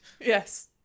Yes